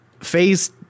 phase